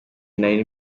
nari